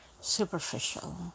Superficial